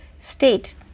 state